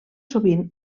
sovint